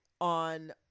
on